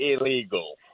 illegal